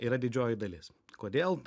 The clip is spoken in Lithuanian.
yra didžioji dalis kodėl